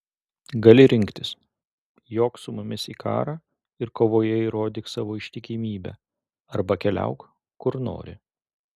gali rinktis jok su mumis į karą ir kovoje įrodyk savo ištikimybę arba keliauk kur nori